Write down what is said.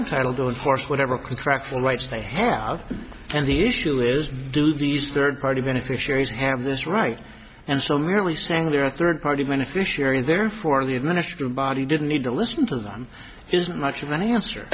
entitled to a force whatever contract for rights they have and the issue is do these third party beneficiaries have this right and so merely saying they're a third party beneficiary and therefore the administration body didn't need to listen to them isn't much of an answer